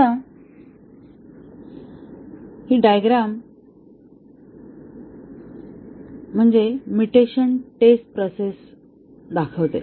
आता हि diagram mutation test process दर्शवते